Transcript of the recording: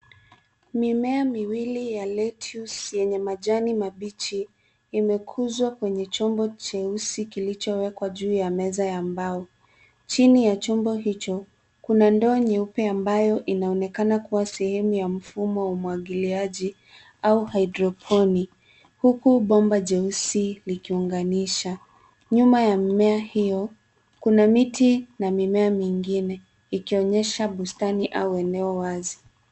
Mimea miwili ya lettuce yenye majani mabichi, imekuzwa kwenye chombo cheusi kilichowekwa juu ya meza ya mbao. Chini ya chombo hicho kuna ndoo nyeupe ambayo inaonekana kuwa sehemu ya mfumo wa umwagiliaji au hydroponic huku bomba jeusi likiunganisha. Nyuma ya mimea hiyo kuna miti na mimea mingine ikionyesha bustani au eneo wazi.